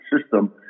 system